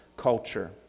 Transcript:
culture